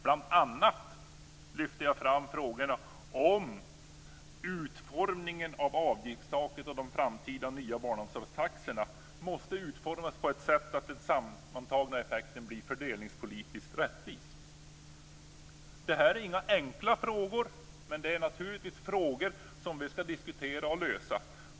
Bl.a. lyfte jag fram att avgiftstaket och de framtida barnomsorgstaxorna måste utformas på ett sådant sätt att den sammantagna effekten blir fördelningspolitiskt rättvis. Det här är inga enkla frågor. Men det är naturligtvis frågor som vi skall diskutera och lösa.